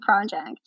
project